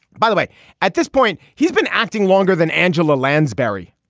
by the way at this point he's been acting longer than angela lansbury